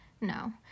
No